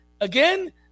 again